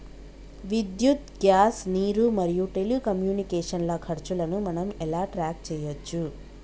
విద్యుత్ గ్యాస్ నీరు మరియు టెలికమ్యూనికేషన్ల ఖర్చులను మనం ఎలా ట్రాక్ చేయచ్చు?